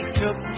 took